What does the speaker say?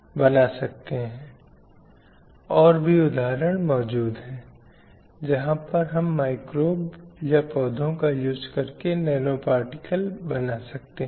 आप कह सकते हैं कि यह एक ऐसी प्रक्रिया है जिसके द्वारा लोग सामाजिक मूल्यों विश्वास और दृष्टिकोणों के अनुसार आदेशित एक विशेष तरीके से व्यवहार करना सीखते हैं